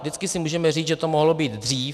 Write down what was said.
Vždycky si můžeme říct, že to mohlo být dřív.